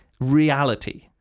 reality